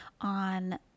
on